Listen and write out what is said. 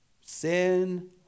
Sin